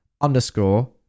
underscore